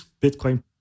Bitcoin